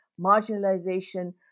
marginalization